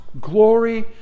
glory